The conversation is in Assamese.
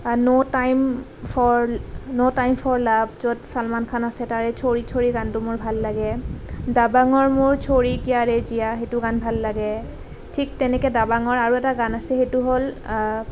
no time for love no time for love য'ত চালমান খান আছে তাৰ ছোৰে ছোৰে গানটো মোৰ ভাল লাগে দাবাঙৰ মোৰ চোৰি কিয়া ৰে জিয়া সেইটো ভাল লাগে ঠিক তেনেকৈ দাবাঙৰ আৰু এটা গান আছে সেইটো হ'ল